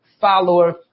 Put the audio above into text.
follower